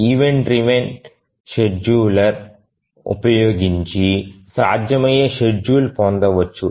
event driven scheduler ఉపయోగించి సాధ్యమయ్యే schedule పొందవచ్చు